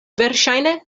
verŝajne